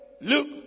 look